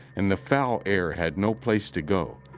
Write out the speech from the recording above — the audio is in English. and the foul air had no place to go,